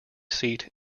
seat